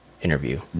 Interview